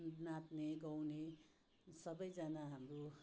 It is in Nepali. नाच्ने गाउँने सबैजना हाम्रो